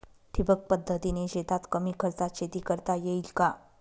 ठिबक पद्धतीने शेतात कमी खर्चात शेती करता येईल का?